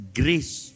grace